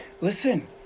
Listen